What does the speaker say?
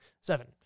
seven